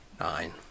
Nine